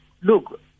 look